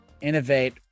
innovate